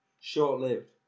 Short-lived